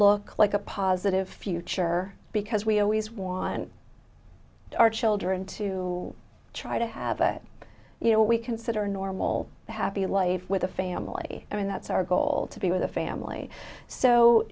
look like a positive future because we always want our children to try to have it you know what we consider normal happy life with a family i mean that's our goal to be with a family so